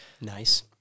Nice